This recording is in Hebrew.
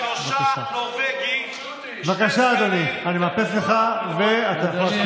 כאלה שאכפת להם משמירת כשרות וכאלה שפחות,